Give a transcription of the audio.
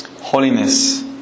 Holiness